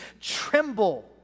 Tremble